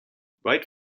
weit